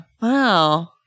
wow